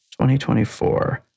2024